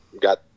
got